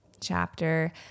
chapter